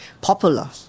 popular